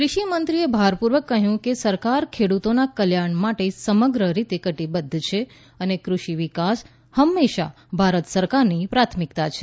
ક્રષિમંત્રીએ ભારપૂર્વક કહ્યું કે સરકાર ખેડૂતોના કલ્યાણ માટે સમગ્ર રીતે કટિબદ્વ છે અને કૃષિ વિકાસ હંમેશા ભારત સરકારની પ્રાથમિકતા છે